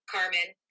Carmen